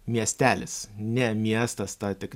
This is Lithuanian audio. miestelis ne miestas tą tik